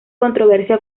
controversia